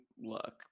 look